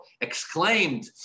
exclaimed